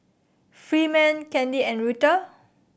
Freeman Candi and Rutha